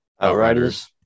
Outriders